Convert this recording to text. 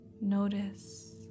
notice